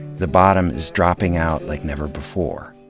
the bottom is dropping out like never before.